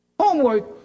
homework